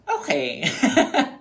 okay